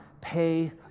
pay